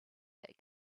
that